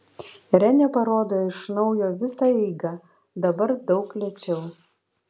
renė parodo iš naujo visą eigą dabar daug lėčiau